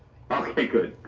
okay, good.